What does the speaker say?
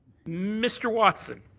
mr. watson.